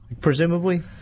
Presumably